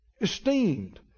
esteemed